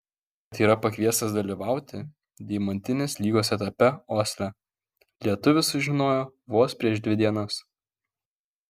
kad yra pakviestas dalyvauti deimantinės lygos etape osle lietuvis sužinojo vos prieš dvi dienas